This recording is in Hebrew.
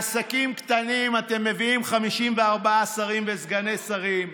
במקום להביא חוקים לעסקים קטנים אתם מביאים 54 שרים וסגני שרים,